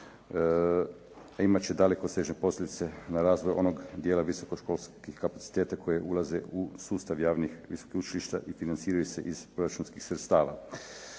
a imat će dalekosežne posljedice na razvoj onog dijela visokoškolskih kapaciteta koje ulaze u sustavu javnih visokih učilišta i financiraju se iz proračunskih sredstava.